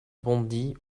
bondit